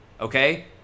Okay